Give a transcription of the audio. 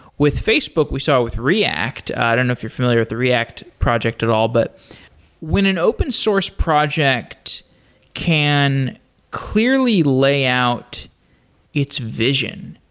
with facebook, we saw it with react. i don't know if you're familiar with the react project at all. but when an open source project can clearly layout its vision,